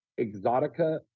Exotica